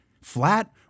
Flat